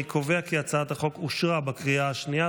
אני קובע כי הצעת החוק אושרה בקריאה השנייה.